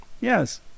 Yes